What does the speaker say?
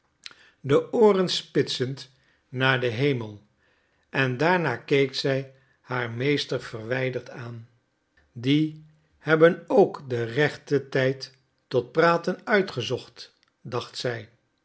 de ooren spitsend naar den hemel en daarna keek zij haar meester verwijderd aan die hebben ook den rechten tijd tot praten uitgezocht dacht zij